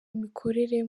imikorere